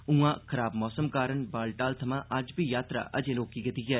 ऊआं खराब मौसम कारण बालटाल थमां अज्ज बी यात्रा अजें रोकी गेदी ऐ